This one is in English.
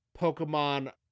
Pokemon